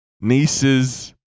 nieces